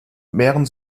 mehren